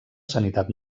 sanitat